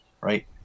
right